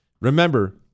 Remember